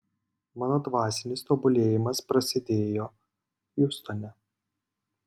mano dvasinis tobulėjimas prasidėjo hjustone